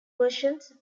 versions